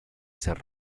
ser